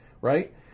right